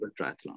triathlon